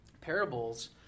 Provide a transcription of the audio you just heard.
parables